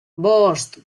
bost